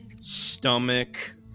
stomach